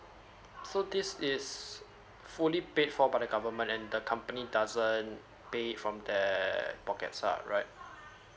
so this is fully paid for by the government and the company doesn't pay from their pockets ah right